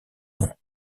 non